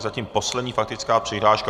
Zatím poslední faktická přihláška.